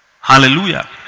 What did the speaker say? Hallelujah